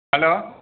hello